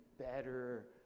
better